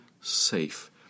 safe